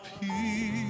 peace